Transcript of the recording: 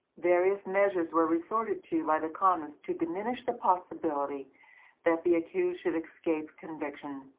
various measures were resorted to by the commons to diminish the possibility that the accused should escape conviction.